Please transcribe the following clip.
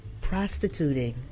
prostituting